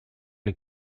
les